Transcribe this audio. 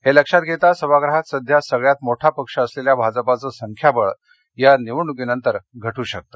हे लक्षात घेता सभागृहात सध्या सगळ्यात मोठा पक्ष असलेल्या भाजपाचं संख्याबळ या निवडणुकीनंतर घटू शकतं